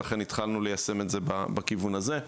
ולכן התחלנו ליישם את זה בכיוון הזה.